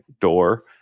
door